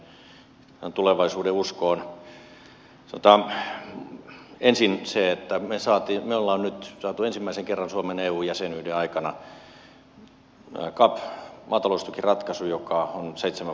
sanotaan ensin se että me olemme nyt saaneet ensimmäisen kerran suomen eu jäsenyyden aikana cap maataloustukiratkaisun joka on seitsemän vuotta voimassa